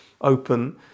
open